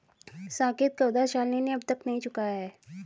साकेत का उधार शालिनी ने अब तक नहीं चुकाया है